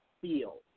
feel